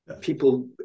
people